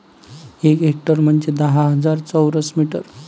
एक हेक्टर म्हंजे दहा हजार चौरस मीटर